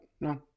No